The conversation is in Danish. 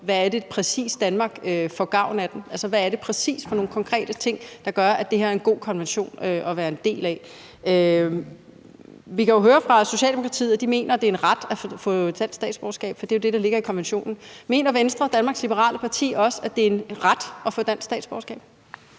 hvad det præcis er, Danmark får gavn af. Hvad er det præcis for nogle konkrete ting, der gør, at det her er en god konvention at være en del af? Vi kan jo høre fra Socialdemokratiet, at de mener, at det er en ret at få dansk statsborgerskab, for det er jo det, der ligger i konventionen. Mener Venstre, Danmarks Liberale Parti, også, at det er en ret at få dansk statsborgerskab?